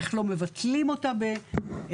איך לא מבטלים אותה באוקטובר,